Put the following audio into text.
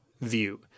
view